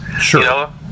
Sure